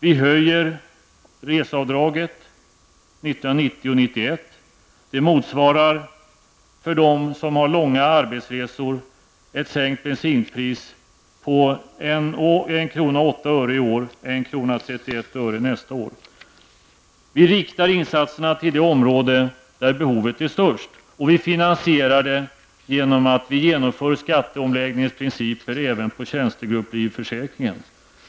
Vi höjer reseavdraget 1990 och 1991. Denna höjning motsvarar en sänkning av bensinpriset med 1:08 kr. Vi riktar insatserna till det område där behovet är störst, och vi finansierar dessa insatser genom att genomföra skatteomläggningens principer även på tjänstegrupplivförsäkringen.